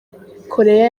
koreya